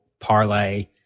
parlay